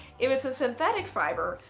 if it's a synthetic fibre,